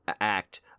act